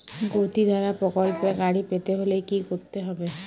গতিধারা প্রকল্পে গাড়ি পেতে হলে কি করতে হবে?